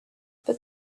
but